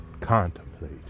contemplate